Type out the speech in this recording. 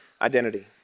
identity